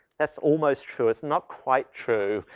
that's almost true. it's not quite true.